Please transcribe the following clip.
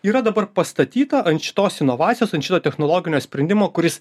yra dabar pastatyta ant šitos inovacijos ant šito technologinio sprendimo kuris